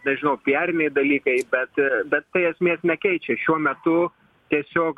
nežinau piariniai dalykai bet bet tai esmės nekeičia šiuo metu tiesiog